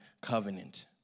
covenant